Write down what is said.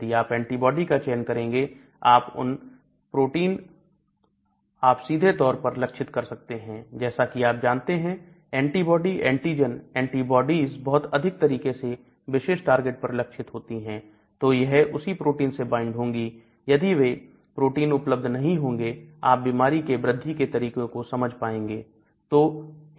यदि आप एंटीबॉडी का चयन करेंगे आप उन प्रोटीन आप सीधे तौर पर लक्षित कर सकते हैं जैसा कि आप जानते हैं एंटीबॉडी एंटीजन एंटीबॉडीज बहुत अधिक तरीके से विशेष टारगेट पर लक्षित होती हैं तो यह उसी प्रोटीन से वाइंड होगी यदि वहां प्रोटीन उपलब्ध नहीं होगा आप बीमारी के वृद्धि के तरीकों को समझ पाएंगे